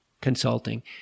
Consulting